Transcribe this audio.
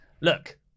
look